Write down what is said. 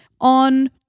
on